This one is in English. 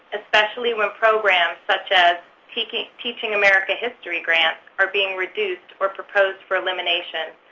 especially when programs such as teaching teaching american history grants are being reduced or proposed for elimination?